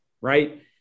right